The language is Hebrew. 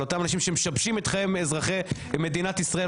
על אותם אנשים שמשבשים את חיי אזרחי מדינת ישראל,